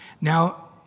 Now